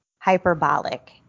hyperbolic